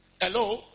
Hello